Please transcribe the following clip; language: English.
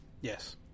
Yes